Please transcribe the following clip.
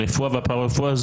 הרפואה והפרא רפואה,